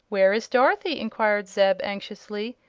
where is dorothy? enquired zeb, anxiously,